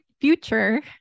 future